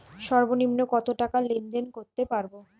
সর্বনিম্ন কত টাকা লেনদেন করতে পারবো?